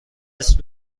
نصف